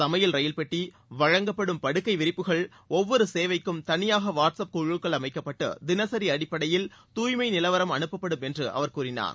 சமையல் ரயில் பெட்டி வழங்கப்படும் படுக்கை விரிப்புகள் ஒவ்வொரு சேவைக்கும் தனியாக வாட்ஸ்அப் குழுக்கள் அமைக்கப்பட்டு தினசரி அடிப்படையில் தூய்மை நிலவரம் அனுப்பப்படும் என்று அவர் கூறினார்